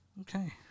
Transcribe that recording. Okay